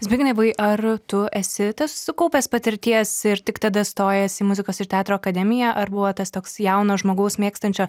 zbignevai ar tu esi tas sukaupęs patirties ir tik tada stojęs į muzikos ir teatro akademiją ar buvo tas toks jauno žmogaus mėgstančio